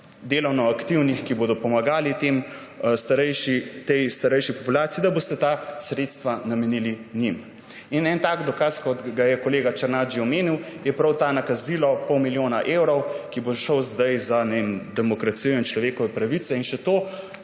delovnoaktivnih, ki bodo pomagali tej starejši populaciji, namenili njim. En tak dokaz, kot ga je kolega Černač že omenil, je prav to nakazilo pol milijona evrov, ki bo šlo zdaj za, ne vem, demokracijo in človekove pravice. In še to,